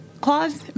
clause